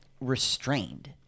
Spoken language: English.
restrained